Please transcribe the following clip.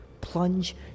Plunge